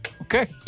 okay